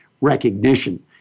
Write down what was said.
recognition